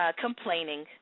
complaining